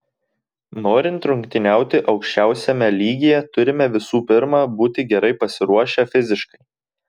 norint rungtyniauti aukščiausiame lygyje turime visų pirma būti gerai pasiruošę fiziškai